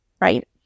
right